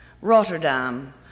Rotterdam